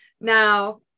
Now